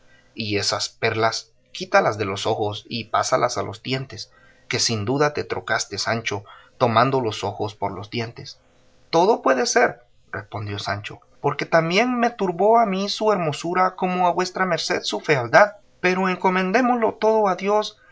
y esas perlas quítalas de los ojos y pásalas a los dientes que sin duda te trocaste sancho tomando los ojos por los dientes todo puede ser respondió sancho porque también me turbó a mí su hermosura como a vuesa merced su fealdad pero encomendémoslo todo a dios